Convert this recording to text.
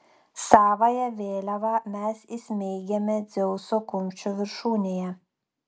savąją vėliavą mes įsmeigėme dzeuso kumščio viršūnėje